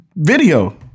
Video